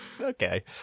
okay